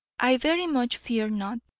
i very much fear not.